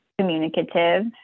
communicative